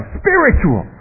spiritual